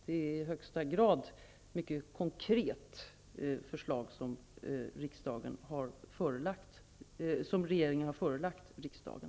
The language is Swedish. Det är i högsta grad ett mycket konkret förslag som regeringen har förelagt riksdagen.